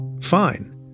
fine